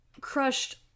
crushed